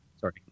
sorry